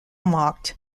marked